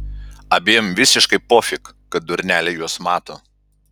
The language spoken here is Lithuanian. abiem visiškai pofik kad durneliai juos mato